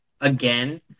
again